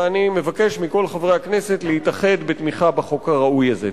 ואני מבקש מכל חברי הכנסת להתאחד בתמיכה בחוק הראוי הזה.